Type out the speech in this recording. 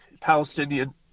Palestinian